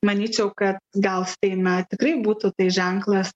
manyčiau kad gal seime tikrai būtų tai ženklas